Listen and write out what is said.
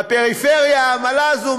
בפריפריה העמלה הזאת,